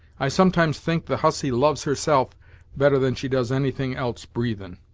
i sometimes think the hussy loves herself better than she does anything else breathin'.